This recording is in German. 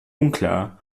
unklar